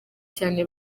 cyane